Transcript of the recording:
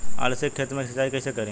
अलसी के खेती मे सिचाई कइसे करी?